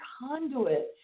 conduit